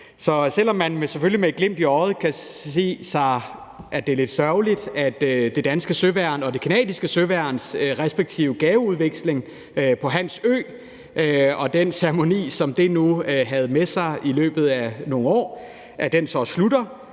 Så selv om man selvfølgelig med et glimt i øjet kan sige, at det er lidt sørgeligt, at det danske søværns og det canadiske søværns respektive gaveudveksling på Hans Ø og den ceremoni, som det nu førte med sig i nogle år, så slutter,